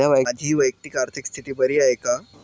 माझी वैयक्तिक आर्थिक स्थिती बरी आहे का?